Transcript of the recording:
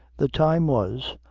the time was,